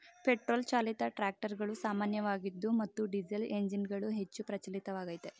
petrol ಚಾಲಿತ ಟ್ರಾಕ್ಟರುಗಳು ಸಾಮಾನ್ಯವಾಗಿದ್ವು ಮತ್ತು ಡೀಸೆಲ್ಎಂಜಿನ್ಗಳು ಹೆಚ್ಚು ಪ್ರಚಲಿತವಾಗಯ್ತೆ